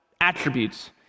attributes